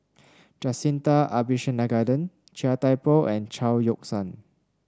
Jacintha Abisheganaden Chia Thye Poh and Chao Yoke San